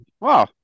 Wow